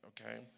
okay